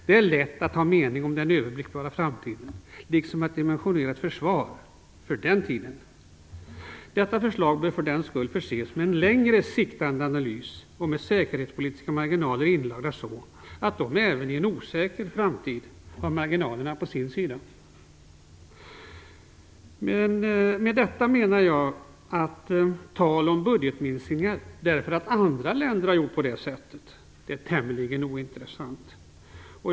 Det är lätt att ha en mening om den överblickbara framtiden liksom att dimensionera ett försvar för den tiden, men förslaget bör också förses med en längre siktande analys, med säkerhetspolitiska marginaler som räcker till även för en osäker framtid. Jag menar med detta att allt tal om budgetminskningar därför att andra länder har genomfört sådana är tämligen ointressant.